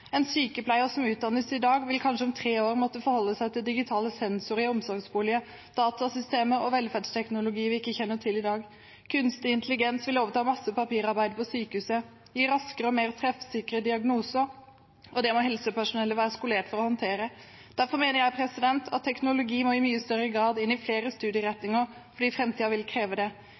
En sykepleier som utdannes i dag, vil om tre år kanskje måtte forholde seg til digitale sensorer i omsorgsboliger, datasystemer og velferdsteknologi vi ikke kjenner til i dag. Kunstig intelligens vil overta mye av papirarbeidet på sykehus og gi raskere og mer treffsikre diagnoser, og det må helsepersonellet være skolert for å håndtere. Derfor mener jeg at teknologi må inn i flere studieretninger fordi framtiden vil kreve det.